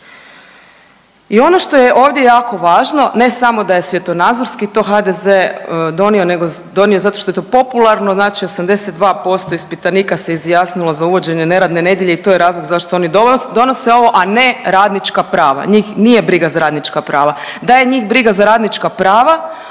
I ono što je ovdje jako važno ne samo da je svjetonazorski to HDZ donio, nego je donio zato što je to popularno. Znači 82% ispitanika se izjasnilo za uvođenje neradne nedjelje i to je razlog zašto oni donose ovo, a ne radnička prava. Njih nije briga za radnička prava. Da je njih briga za radnička prava